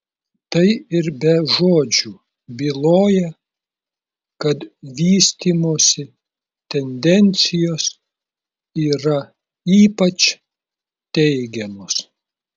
tai ir be žodžių byloja kad vystymosi tendencijos yra ypač teigiamos